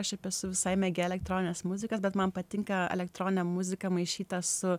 aš esu visai megėja elektroninės muzikos bet man patinka elektroninę muzika maišyta su